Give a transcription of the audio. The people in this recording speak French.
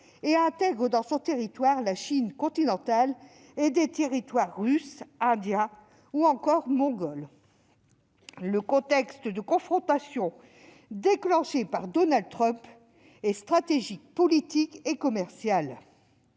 et intègre dans son territoire la Chine continentale et des territoires russes, indiens ou encore mongols. Le contexte de confrontation déclenchée par Donald Trump est stratégique, politique et commercial.